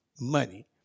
money